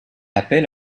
appelle